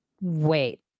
Wait